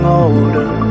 older